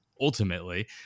ultimately